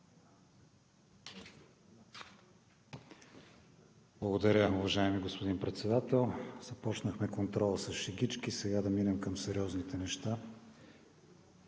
Благодаря, уважаеми господин Председател. Започнахме контрола с шегички, а сега да минем към сериозните неща.